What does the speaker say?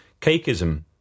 Cakeism